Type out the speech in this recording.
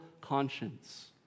conscience